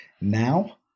Now